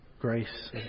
grace